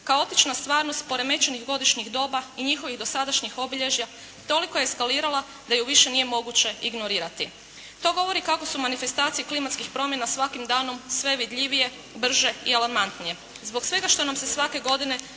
kaotična stvarnost poremećenih godišnjih doba i njihovih dosadašnjih obilježja toliko eskalirala da ju više nije moguće ignorirati. To govori kako su manifestacije klimatskih promjena sve vidljivije, brže i alarmantnije. Zbog svega što nam se svake godine